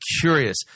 curious